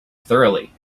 thoroughly